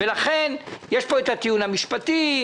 לכן יש פה את הטיעון המשפטי,